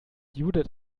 judith